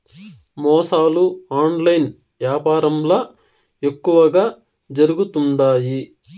మోసాలు ఆన్లైన్ యాపారంల ఎక్కువగా జరుగుతుండాయి